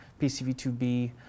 PCV2B